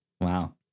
Wow